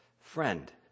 Friend